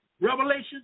Revelation